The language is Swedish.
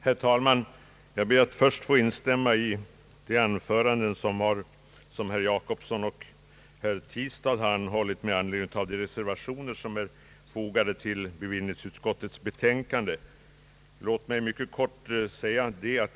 Herr talman! Jag vill först instämma i de anföranden som herrar Jacobsson och Tistad hållit med anledning av reservationerna till bevillningsutskottets föreliggande betänkande.